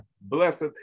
blessed